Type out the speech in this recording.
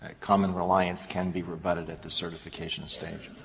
common reliance can be rebutted at the certification stage?